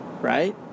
right